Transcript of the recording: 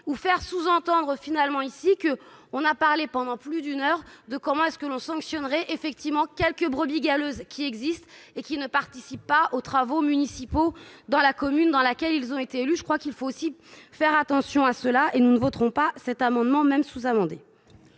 ou faire sous-entendre finalement ici que on a parlé pendant plus d'une heure de comment est-ce que l'on sanctionnerait effectivement quelques brebis galeuses qui existent et qui ne participe pas aux travaux municipaux dans la commune dans laquelle ils ont été élus, je crois qu'il faut aussi faire attention à cela et nous ne voterons pas cet amendement même sous-amendé.